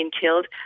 killed